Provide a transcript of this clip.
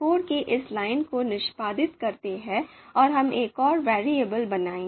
code की इस line को निष्पादित करते हैं और हम एक और वैरिएबल बनाएंगे